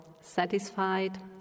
satisfied